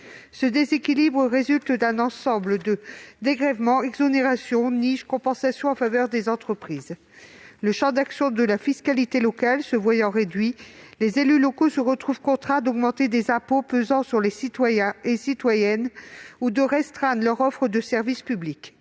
Ce déséquilibre résulte d'un ensemble de dégrèvements, d'exonérations, de niches, de compensations en faveur des entreprises. Le champ d'action de la fiscalité locale étant réduit, les élus locaux se retrouvent contraints d'augmenter les impôts pesant sur les citoyens ou de restreindre leur offre de service public.